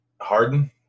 Harden